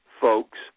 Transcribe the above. folks